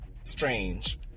strange